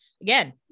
Again